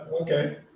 Okay